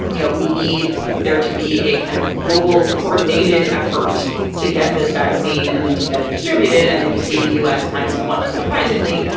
you know, we need there to be a kind of global coordinated effort to get this vaccine and then to get it distributed. and then you see the u s. kind of somewhat unsurprisingly,